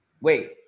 Wait